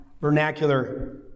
vernacular